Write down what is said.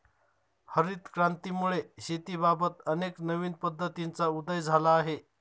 हरित क्रांतीमुळे शेतीबाबत अनेक नवीन पद्धतींचा उदय झाला आहे